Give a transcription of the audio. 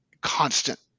constant